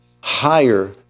higher